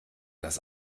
das